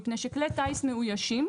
מפני שכלי טיס מאוישים,